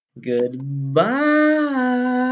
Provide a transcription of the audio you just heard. goodbye